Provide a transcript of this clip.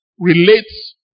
relates